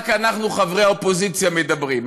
רק אנחנו, חברי האופוזיציה, מדברים.